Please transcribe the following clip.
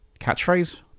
Catchphrase